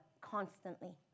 constantly